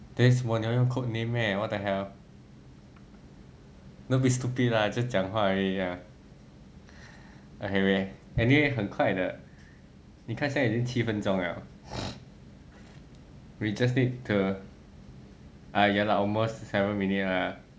then 什么你要用 code name meh what the hell don't be stupid lah just 讲话而已 lah okay okay anyway 很快的你看现在已经七分钟 liao we just need to err yeah lah almost seven minute lah